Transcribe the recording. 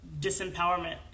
disempowerment